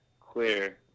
clear